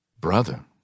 Brother